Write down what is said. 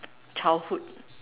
childhood